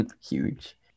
Huge